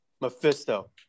Mephisto